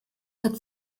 hat